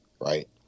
Right